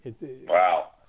Wow